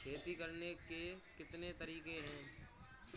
खेती करने के कितने तरीके हैं?